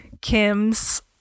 kim's